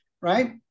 right